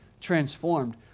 transformed